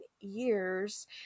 years